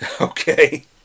Okay